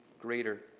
greater